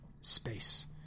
space